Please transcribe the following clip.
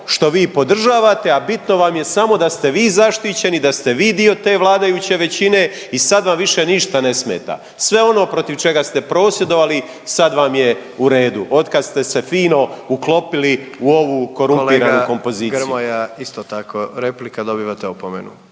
što vi podržavate, a bitno vam je samo da ste vi zaštićeni, da ste vi dio te vladajuće većine i sad vam više ništa ne smeta. Sve ono protiv čega ste prosvjedovali sad vam je u redu od kad ste se fino uklopili u ovu …/Upadica predsjednik: Kolega Grmoja./… korumpiranu kompoziciju.